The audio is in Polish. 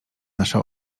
nasza